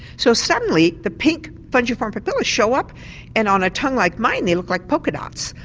so suddenly the pink fungiform papillae show up and on a tongue like mine they look like polka dots.